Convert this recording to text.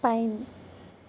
pine